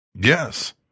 Yes